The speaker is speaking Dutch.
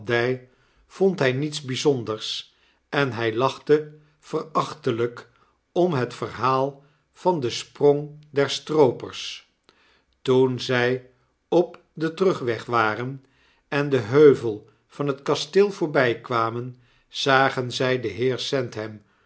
vond hij niets bgzonders en bjj lachte verachtelp om het verhaal van densprongdesstroopers toen zij op den terugweg waren en den heuvel van het kasteel voorbijkwamen zagen zfi den